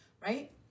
right